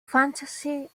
fantasy